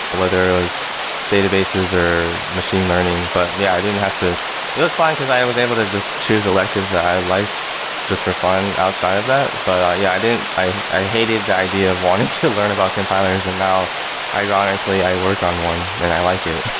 whether it was databases or machine learning, but yeah, i didn't have to it was fine, because i i was able to just choose electives that i liked just for fun outside of that. but yeah, i didn't i i hated the idea of wanting to learn about compilers, and now ironically, i work on one and i like it